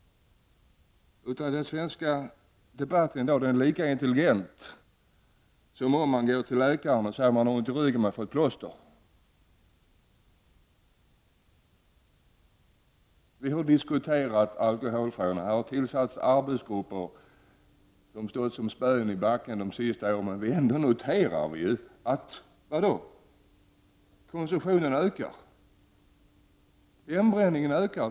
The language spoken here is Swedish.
Den svenska alkoholdebatten är lika ”intelligent” som om man går till läkare och säger att man har ont i ryggen och får ett plåster. Vi har diskuterat alkoholfrågor, och det har tillsatts arbetsgrupper som stått som spön i backen de senaste åren men ändå konstaterar vi: alkoholkonsumtionen ökar. Hembränningen ökar.